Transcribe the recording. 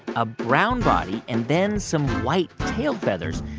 a brown body and then some white tail feathers.